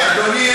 אדוני,